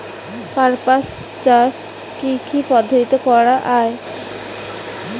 কার্পাস চাষ কী কী পদ্ধতিতে করা য়ায়?